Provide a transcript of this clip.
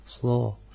floor